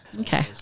okay